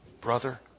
brother